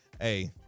Hey